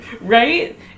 Right